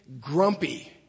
grumpy